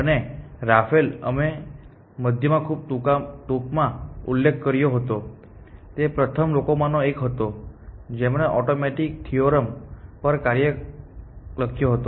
અને રાફેલ અમે મધ્યમાં ખૂબ ટૂંકમાં ઉલ્લેખ કર્યો હતો તે પ્રથમ લોકોમાંનો એક હતો જેમણે ઓટોમેટિક થિયોરેમ પર કાર્યક્રમ લખ્યો હતો